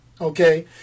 Okay